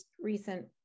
recent